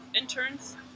interns